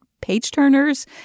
page-turners